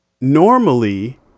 normally